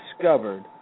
discovered